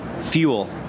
fuel